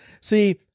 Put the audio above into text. See